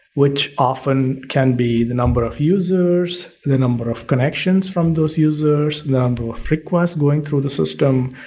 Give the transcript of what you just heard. which often can be the number of users, the number of connections from those users, number of request going through the system,